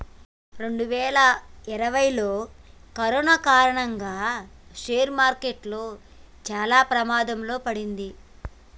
రెండువేల ఇరవైలో కరోనా కారణంగా షేర్ మార్కెట్ చానా ప్రమాదంలో పడింది